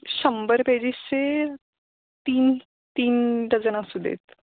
शंभर पेजेसचे तीन तीन डझन असू देत